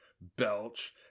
belch